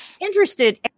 interested